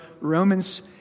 Romans